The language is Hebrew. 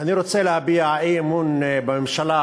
אני רוצה להביע אי-אמון בממשלה